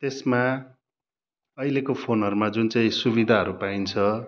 त्यसमा अहिलेको फोनहरूमा जुन चाहिँ सुविधाहरू पाइन्छ